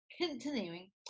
continuing